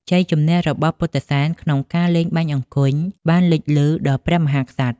ជ័យជំនះរបស់ពុទ្ធិសែនក្នុងការលេងបាញ់អង្គុញបានលេចលឺដល់ព្រះមហាក្សត្រ។